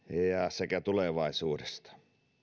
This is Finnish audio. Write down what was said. sekä tulevaisuudesta